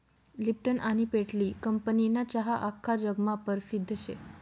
Lipton आनी पेटली कंपनीना चहा आख्खा जगमा परसिद्ध शे